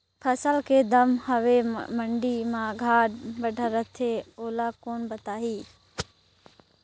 फसल के दम हवे मंडी मा घाट बढ़ा रथे ओला कोन बताही?